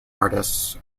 artists